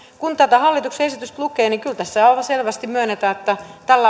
kun tätä hallituksen esitystä lukee niin kyllä tässä aivan selvästi myönnetään että tällä